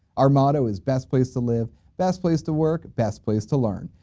our motto is best place to live best place to work best place to learn.